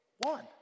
one